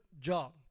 job